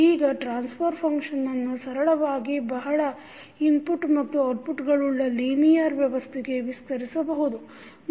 ಈಗ ಟ್ರಾನ್ಸ್ಫರ್ ಫಂಕ್ಷನ್ನನ್ನು ಸರಳವಾಗಿ ಬಹಳ ಇನ್ಪುಟ್ ಮತ್ತು ಔಟ್ಪುಟ್ಗಳುಳ್ಳ ಲೀನಿಯರ್ ವ್ಯವಸ್ಥೆಗೆ ವಿಸ್ತರಿಸಬಹುದು